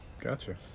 Gotcha